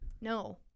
No